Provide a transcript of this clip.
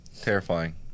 terrifying